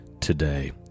today